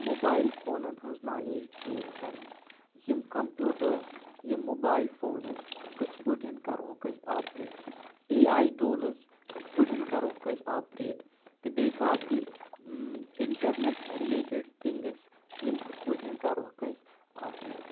mobile فونَن ہٕنٛز knowledge gain کَرٕنۍ یِم کمپیوٗٹرز یِم موبایِل فونز کِتھ پٲٹھۍ کَرہوکھ أسۍ آپریٹ اے آیی ٹوٗلٔز کِتھ پٲٹھۍ کَرہوکھ أسۍ آپریٹ تہٕ بیٚیہِ باقٕے اِنٹرنٮ۪ٹ رِلیٹڈ تِھنگز یِم کِتھ پٲٹھۍ کَرہوکھ أسۍ آپریٹ